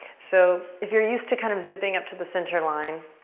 so if you're used to kind of zipping up to the center line,